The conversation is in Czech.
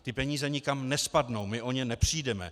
Ty peníze nikam nespadnou, my o ně nepřijdeme.